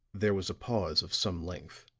there was a pause of some length